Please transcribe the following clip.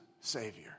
Savior